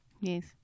Yes